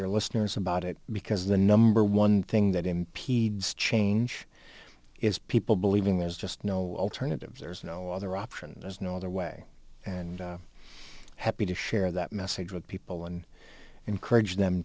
your listeners about it because the number one thing that impedes change is people believing there's just no alternative there's no other option there's no other way and happy to share that message with people and encourage them